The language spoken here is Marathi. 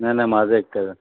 नाही नाही माझा एकट्याचा